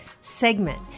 segment